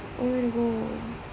where you want to go